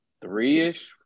three-ish